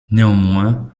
néanmoins